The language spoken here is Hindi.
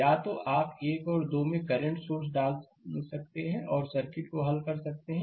या तो आप 1 और 2 में एक करंट सोर्स डाल सकते हैं और सर्किट को हल कर सकते हैं